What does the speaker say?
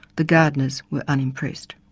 the gardeners were unimpressed.